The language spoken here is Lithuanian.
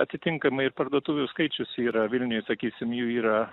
atitinkamai ir parduotuvių skaičius yra vilniuj sakysim jų yra